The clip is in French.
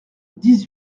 dix